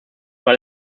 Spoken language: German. weil